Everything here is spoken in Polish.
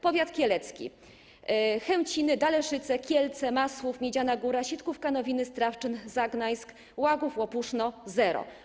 Powiat kielecki: Chęciny, Daleszyce, Kielce, Masłów, Miedziana Góra, Sitkówka, Nowiny, Strawczyn, Zagnańsk, Łagów, Łopuszno - zero.